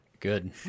good